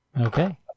Okay